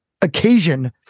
occasion